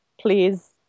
please